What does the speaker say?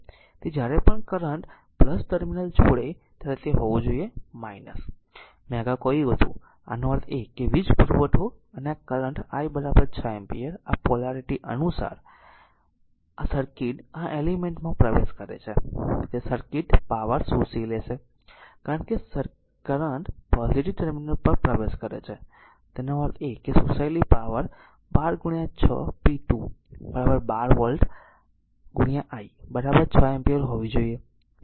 તેથી જ્યારે પણ કરંટ ટર્મિનલ છોડે ત્યારે તે હોવું જોઈએ મેં અગાઉ કહ્યું હતું આનો અર્થ એ છે કે વીજ પુરવઠો અને આ કરંટ I 6 એમ્પીયર આ પોલારીટી અનુસાર આ સર્કિટ આ એલિમેન્ટ માં પ્રવેશ કરે છે તેથી આ સર્કિટ પાવર શોષી લેશે કારણ કે કરંટ પોઝીટીવ ટર્મિનલ પર પ્રવેશ કરે છે તેનો અર્થ એ કે શોષાયેલી power 12 6 p 2 12 volt I 6 ampere હોવી જોઈએ